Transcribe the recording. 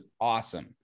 awesome